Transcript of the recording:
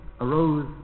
arose